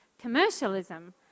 commercialism